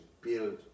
build